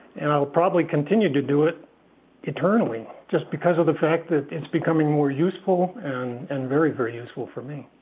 and i'll probably continue to do it eternally just because of the fact that it's becoming more useful and and very very useful for me.